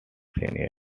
seniors